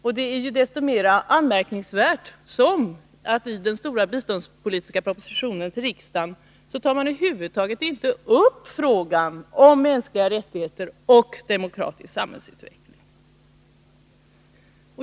Det hela är desto mera anmärkningsvärt som man i den stora biståndspolitiska propositionen till riksdagen över huvud taget inte tar upp frågan om mänskliga rättigheter och demokratisk samhällsutveckling.